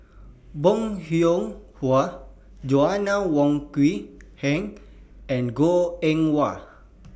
Bong Hiong Hwa Joanna Wong Quee Heng and Goh Eng Wah